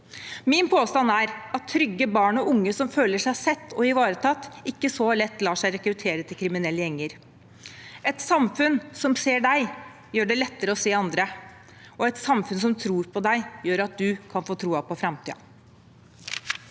Min påstand er at trygge barn og unge som føler seg sett og ivaretatt, ikke så lett lar seg rekruttere til kriminelle gjenger. Et samfunn som ser deg, gjør det lettere å se andre, og et samfunn som tror på deg, gjør at du kan få troen på framtiden.